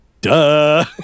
duh